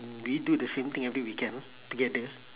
mm we do the same thing every weekend together